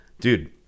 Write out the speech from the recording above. dude